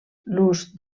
l’ús